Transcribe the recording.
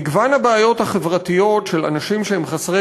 מגוון הבעיות החברתיות של אנשים שהם חסרי